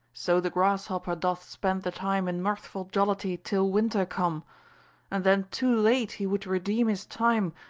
so the grasshopper doth spend the time in mirthful jollity, till winter come and then too late he would redeem his time,